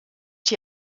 die